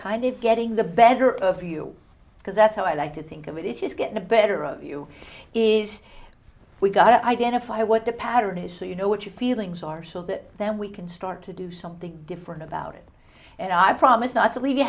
kind of getting the better of you because that's how i like to think of it is get the better of you is we've got to identify what the pattern is so you know what your feelings are so that then we can start to do something different about it and i promise not to leave you